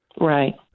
Right